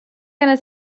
going